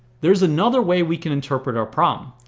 there is another way we can interpret our problem.